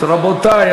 רבותי,